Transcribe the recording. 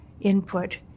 input